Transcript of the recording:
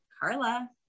Carla